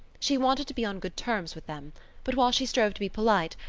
she wanted to be on good terms with them but, while she strove to be polite,